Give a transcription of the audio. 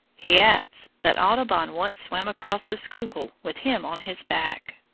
he adds that audubon once swam across the schuylkill with him on his back.